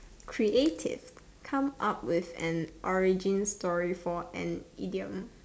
creative come up with an origin story for an idiom